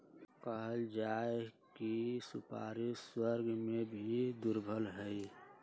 कहल जाहई कि सुपारी स्वर्ग में भी दुर्लभ हई